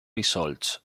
results